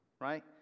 right